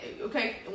okay